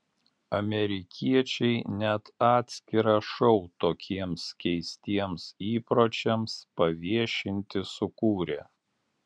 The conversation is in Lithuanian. amerikiečiai net atskirą šou tokiems keistiems įpročiams paviešinti sukūrė